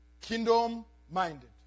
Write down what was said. Kingdom-minded